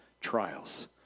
trials